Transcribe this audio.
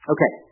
Okay